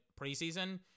preseason